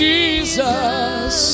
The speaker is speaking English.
Jesus